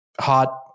hot